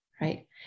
right